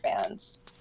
fans